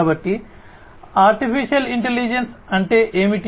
కాబట్టి AI అంటే ఏమిటి